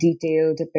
detailed